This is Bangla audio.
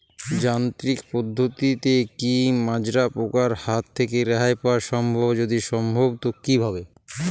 যান্ত্রিক পদ্ধতিতে কী মাজরা পোকার হাত থেকে রেহাই পাওয়া সম্ভব যদি সম্ভব তো কী ভাবে?